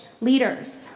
leaders